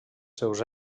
seus